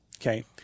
Okay